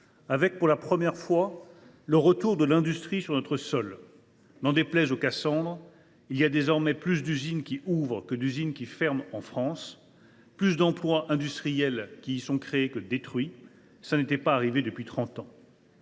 avec, pour la première fois, le retour de l’industrie sur notre sol. N’en déplaise aux Cassandre, en France, il y a désormais plus d’usines qui ouvrent que d’usines qui ferment, et plus d’emplois industriels y sont créés que détruits – ce n’était pas arrivé depuis trente